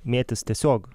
mėtys tiesiog